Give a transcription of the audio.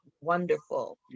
wonderful